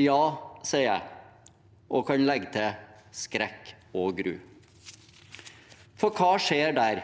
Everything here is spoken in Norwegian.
Ja, sier jeg, og kan legge til: Skrekk og gru! For hva skjer der?